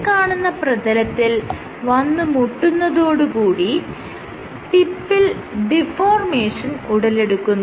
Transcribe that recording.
ഈ കാണുന്ന പ്രതലത്തിൽ വന്ന് മുട്ടുന്നതോട് കൂടി ടിപ്പിൽ ഡിഫോർമേഷൻ ഉടലെടുക്കുന്നു